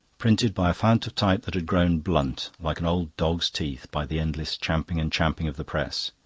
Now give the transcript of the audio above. printed by a fount of type that had grown blunt, like an old dog's teeth, by the endless champing and champing of the press.